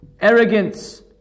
arrogance